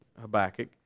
Habakkuk